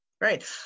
Right